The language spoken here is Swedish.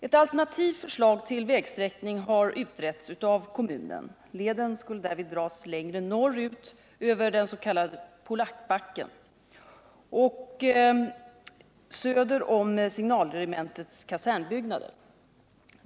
Ett alternativt förslag till vägsträckning har utretts av kommunen. Leden skulle därvid dras längre norrut, över den s.k. Polacksbacken och söder om signalregementets kasernbyggnader.